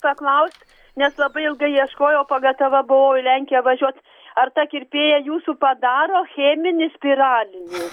paklaust nes labai ilgai ieškojau pagatava buvau į lenkiją važiuot ar ta kirpėja jūsų padaro cheminį spiralinį